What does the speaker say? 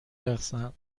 رقصن